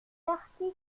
article